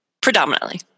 predominantly